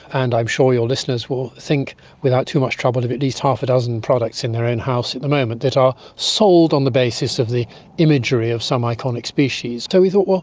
and i'm sure your listeners will think without too much trouble of at least half a dozen products in their own house at the moment that are sold on the basis of the imagery of some iconic species. so we thought,